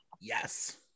yes